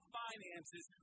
finances